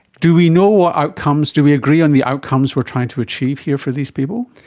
do we know what outcomes, do we agree on the outcomes we are trying to achieve here for these people?